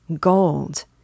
Gold